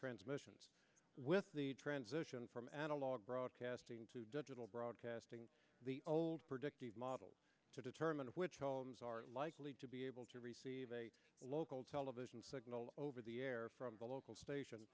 transmissions with the transition from analog broadcasting to digital broadcasting the old predictive model to determine which columns are likely to be able to receive a local television signal over the air from the local station